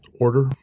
order